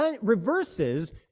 reverses